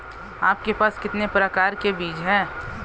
आपके पास कितने प्रकार के बीज हैं?